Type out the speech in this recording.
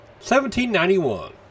1791